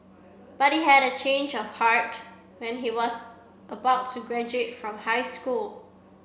but he had a change of heart when he was about to graduate from high school